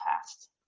past